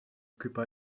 occupy